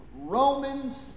Romans